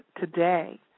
today